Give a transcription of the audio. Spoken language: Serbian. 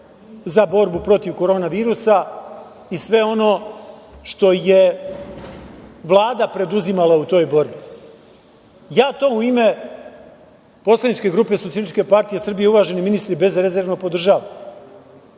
za borbu protiv Koronavirusa i sve ono što je Vlada preduzimala u toj borbi. Ja to u ime poslaničke grupe SPS, uvaženi ministri, bezrezervno podržavam.